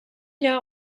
jahr